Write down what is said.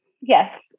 Yes